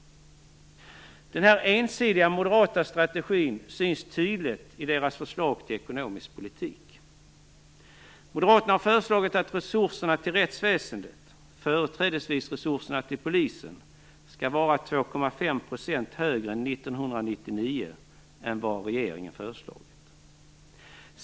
Den ensidiga moderata strategin syns tydligt i deras förslag till ekonomisk politik. Moderaterna har föreslagit att resurserna till rättsväsendet - företrädesvis resurserna till polisen - skall vara 2,5 % högre 1999 än vad regeringen föreslår.